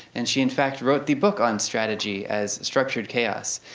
and she in fact wrote the book on strategy as structured chaos.